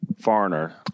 foreigner